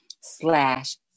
slash